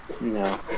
No